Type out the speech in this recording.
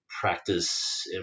practice